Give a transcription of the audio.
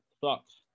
sucks